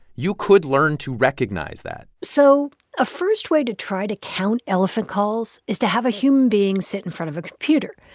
you could learn to recognize that so a first way to try to count elephant calls is to have a human being sit in front of a computer.